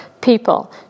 people